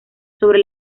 sobre